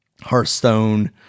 hearthstone